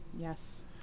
Yes